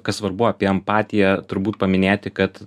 kas svarbu apie empatiją turbūt paminėti kad